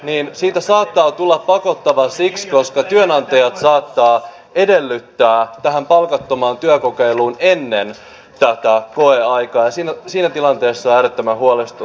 tästä ilmaistyöstä saattaa tulla pakottava siksi koska työnantajat saattavat edellyttää tätä palkatonta työkokeilua ennen koeaikaa ja se tilanne on äärettömän huolestuttava